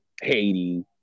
Haiti